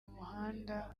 muhanda